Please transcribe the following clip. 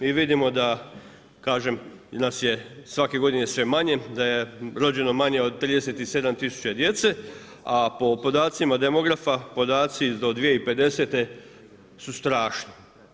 Vidimo da, kažem i nas je svake godine sve manje, da je rođeno manje od 37 000 djece, a po podacima demografa, podaci do 2050. su strašni.